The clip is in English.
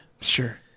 Sure